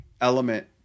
element